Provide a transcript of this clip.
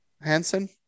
Hansen